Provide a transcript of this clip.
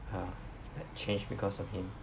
are changed because of him